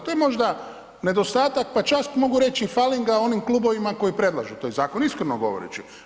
To je možda nedostatak, pa čak mogu reći i falinga onim klubovima koji predlažu taj zakon, iskreno govoreći.